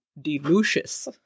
delicious